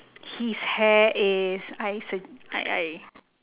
his hair is I sug~ I I